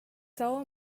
soul